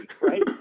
right